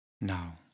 now